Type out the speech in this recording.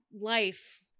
life